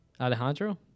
Alejandro